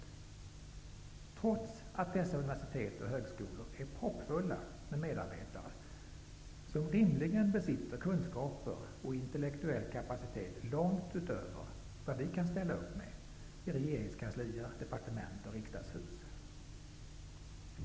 Detta trots att dessa universitet och högskolor är proppfulla med medarbetare som rimligen besitter kunskaper och intellektuell kapacitet långt utöver vad vi kan ställa upp med i regeringskanslier, departement och riksdagshus.